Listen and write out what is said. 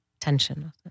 tension